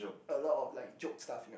a lot of like joke stuff in them